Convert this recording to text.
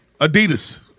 Adidas